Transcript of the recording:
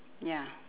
ya